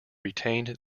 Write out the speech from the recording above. retained